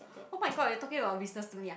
oh-my-god you talking about business to me ah